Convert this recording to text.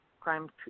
Crime